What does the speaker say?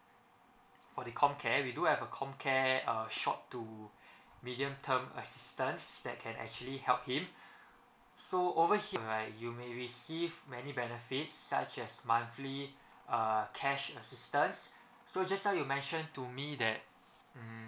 for the comcare we do have a comcare uh short to medium term assistance that can actually help him so over here you may receive many benefits such as monthly uh cash assistance so just now you mention to me that mm